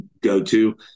go-to